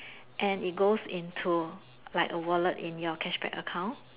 and it goes into like a wallet into your cashback account